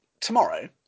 tomorrow